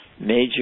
major